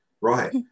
right